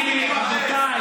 וליברמן?